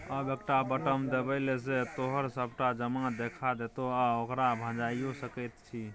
आब एकटा बटम देबेले सँ तोहर सभटा जमा देखा देतौ आ ओकरा भंजाइयो सकैत छी